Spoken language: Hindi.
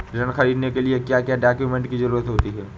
ऋण ख़रीदने के लिए क्या क्या डॉक्यूमेंट की ज़रुरत होती है?